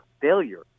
failure